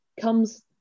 comes